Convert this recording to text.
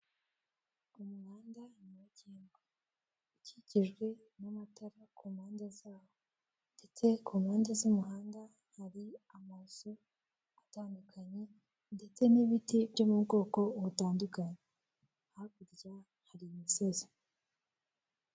Umuhanda nyabagendwa ukikijwe n'amatara ku mpande zaho, ndetse ku mpande z'umuhanda hari amazu atandukanye ndetse n'ibiti byo mu bwoko butandukanye, hakurya hari imisozi.